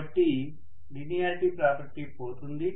కాబట్టి linearity property పోతుంది